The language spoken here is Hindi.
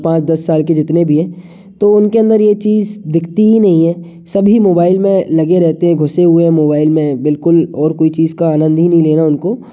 पाँच दस साल के जितने भी हैं तो उनके अंदर ये चीज़ दिखती ही नहीं है सभी मोबाइल में लगे रहते हैं घुसे हुए है मोबाइल में बिलकुल और कोई चीज़ का आनंद ही नहीं लेना उनको